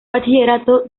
bachillerato